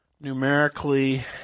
numerically